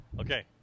Okay